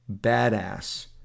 badass